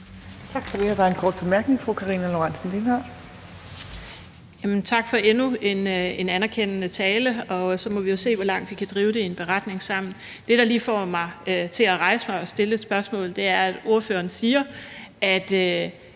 Tak for endnu en anerkendende tale, og så må vi jo se, hvor langt vi kan drive det i en beretning sammen. Det, der lige får mig til at rejse mig og stille et spørgsmål, er, at ordføreren siger, at